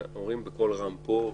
אבל אנחנו אומרים בקול רם פה,